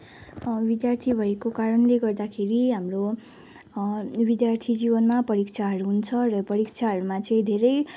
विद्यार्थी भएको कारणले गर्दाखेरि हाम्रो विद्यार्थी जीवनमा परीक्षाहरू हुन्छ र परीक्षाहरूमा चाहिँ धेरै